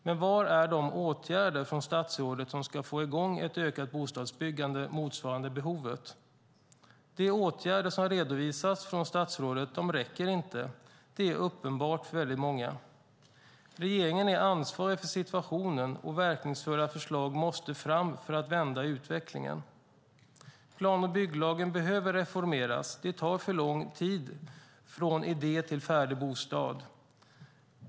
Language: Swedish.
Men var är de åtgärder från statsrådet som ska få i gång ett ökat bostadsbyggande motsvarande behovet? De åtgärder som har redovisats från statsrådet räcker inte, det är uppenbart för väldigt många. Regeringen är ansvarig för situationen, och verkningsfulla förslag måste fram för att vända utvecklingen. Plan och bygglagen behöver reformeras, det tar för lång tid från idé till färdig bostad.